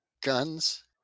guns